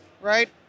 right